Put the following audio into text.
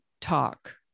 talk